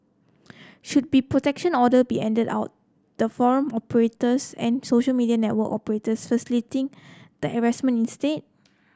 should be protection order be handed out the forum operators and social media network operators facilitating the harassment instead